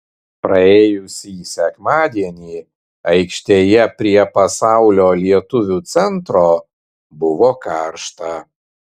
praėjusį sekmadienį aikštėje prie pasaulio lietuvių centro buvo karšta